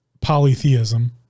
polytheism